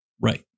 Right